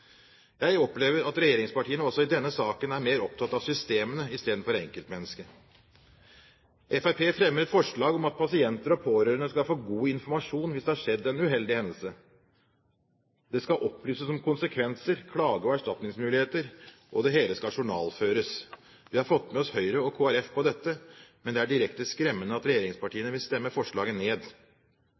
Jeg opplever at regjeringspartiene også i denne saken er mer opptatt av systemene enn av enkeltmenneskene. Fremskrittspartiet fremmer forslag om at pasienter og pårørende skal få god informasjon hvis det har skjedd en uheldig hendelse. Det skal opplyses om konsekvenser, klage- og erstatningsmuligheter, og det hele skal journalføres. Vi har fått med oss Høyre og Kristelig Folkeparti på dette, men det er direkte skremmende at regjeringspartiene vil stemme forslaget ned.